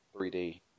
3D